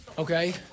Okay